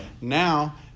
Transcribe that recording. Now